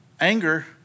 anger